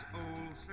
old